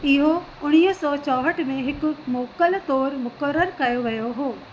इहो उणिवीह सौ चोहट में हिकु मोकल तौर मुक़ररु कयो वियो हो